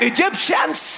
Egyptians